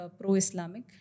pro-Islamic